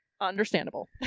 understandable